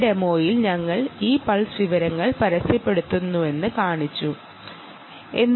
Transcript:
ഈ ഡെമോയിൽ ഞങ്ങൾ ഈ പൾസ് വിവരങ്ങൾ അഡ്വർടൈസ് ചെയ്യുന്നത് കാണിച്ചു തരാം